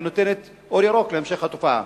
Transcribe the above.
היא נותנת אור ירוק להמשך התופעה.